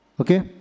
Okay